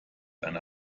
eine